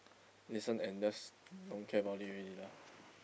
listen and just don't care about it already lah